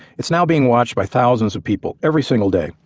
it's now being watched by thousands of people every single day,